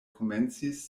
komencis